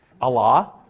Allah